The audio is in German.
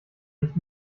nicht